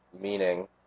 meaning